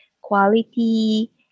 quality